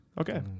okay